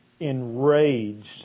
enraged